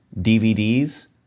DVDs